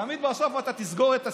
תמיד בסוף אתה תסגור את הסיפור: